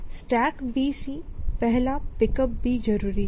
StackBC પહેલા Pickup જરૂરી છે